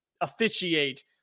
officiate